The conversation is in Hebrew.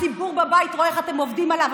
הציבור בבית רואה איך אתם עובדים עליו.